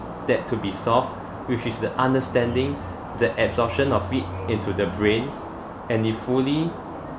that to be soft which is the understanding the absorption of it into the brain and it fully